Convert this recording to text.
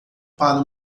para